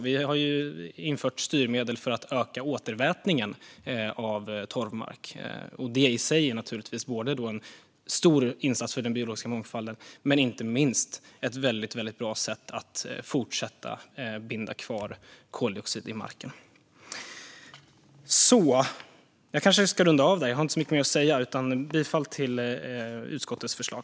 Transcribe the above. Vi har infört styrmedel för att öka återvätningen av torvmark. Det i sig är naturligtvis en stor insats för den biologiska mångfalden men inte minst ett väldigt bra sätt att fortsätta att binda kvar koldioxid i marken. Jag har inte så mycket mer att säga, men jag yrkar bifall till utskottets förslag.